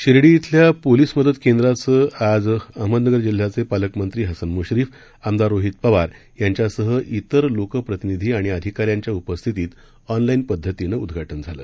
शिर्डी अल्या पोलीस मदत केंद्राचं आज जिल्ह्याचे पालकमंत्री हसन मुश्रीफ आमदार रोहित पवार यांच्यासह तिर लोकप्रतिनिधी आणि अधिकारी यांच्या उपस्थितीत ऑनलाईन पद्धतीनं उद्घाटन झालं